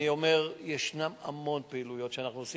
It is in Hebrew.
אני אומר: יש המון פעילויות שאנחנו עושים.